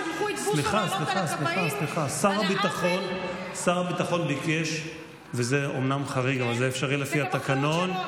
הממשלה החליטה ששר הביטחון הוא זה שאמור להשיב.